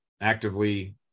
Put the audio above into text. actively